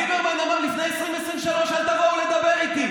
ליברמן אמר: לפני 2023 אל תבואו לדבר איתי.